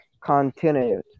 continued